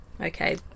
Okay